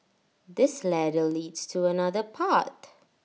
this ladder leads to another path